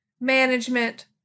management